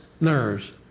nerves